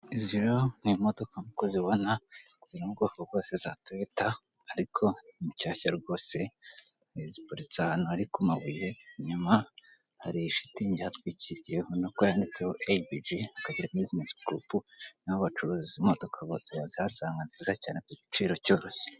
Izi rero ni imodoka nk'uko uzibona ziri mubwoko rwose za toyota, ariko ni nshyashya rwose, ziparitse ahantu hari ku mabuye, inyuma hari ishitingi ihatwikiriye, ubona ko yanditseho eibiji ikaba ari bizinesi gurupu, naho bacuruza imodoka rwose wazihasanga nziza cyane kugiciro cyose.